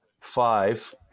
five